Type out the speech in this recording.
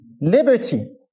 liberty